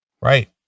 Right